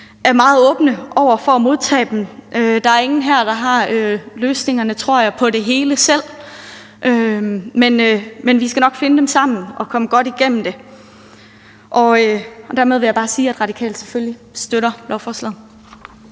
er meget åbne over for at modtage dem. Der er ingen her, tror jeg, der har løsningerne på det hele selv, men vi skal nok finde dem sammen og komme godt igennem det. Dermed vil jeg bare sige, at Radikale selvfølgelig støtter lovforslaget.